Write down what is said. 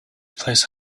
place